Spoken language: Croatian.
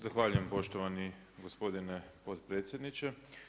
Zahvaljujem poštovani gospodine potpredsjedniče.